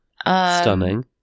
Stunning